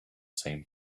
same